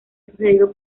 sucedido